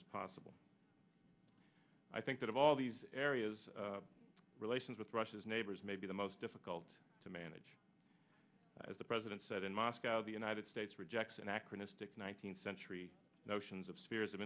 as possible i think that of all these areas relations with russia as neighbors may be the most difficult to manage as the president said in moscow the united states rejects anachronistic nineteenth century notions of spheres of